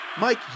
Mike